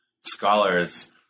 scholars